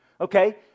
okay